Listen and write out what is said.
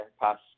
past